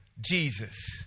Jesus